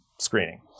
screening